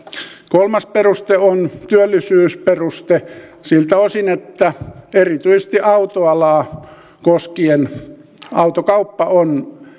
kolmas peruste on työllisyysperuste siltä osin että erityisesti autoalaa koskien autokauppa on